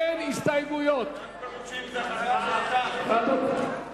וקבוצת סיעת האיחוד הלאומי לסעיף 78(1)